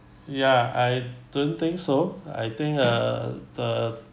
ya I don't think so I think uh the